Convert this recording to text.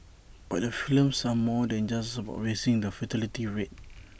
but the films are more than just about raising the fertility rate